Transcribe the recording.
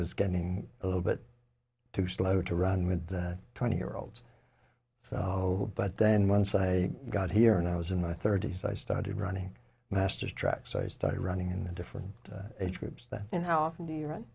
was getting a little bit too slow to run with twenty year olds so but then once i got here and i was in my thirty's i started running master's tracks i started running in the different age groups that you know how often do you r